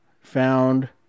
Found